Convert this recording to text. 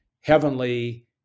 Heavenly